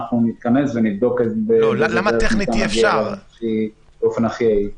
אנחנו נתכנס ונבדוק באיזה דרך ניתנת להגיע באופן הכי יעיל.